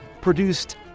produced